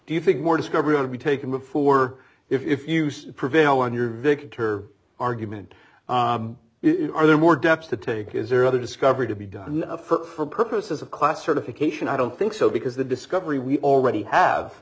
do you think more discovery would be taken before if used to prevail on your victor argument are there more depths to take is there other discovery to be done for purposes of class certification i don't think so because the discovery we already have